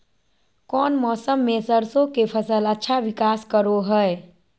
कौन मौसम मैं सरसों के फसल अच्छा विकास करो हय?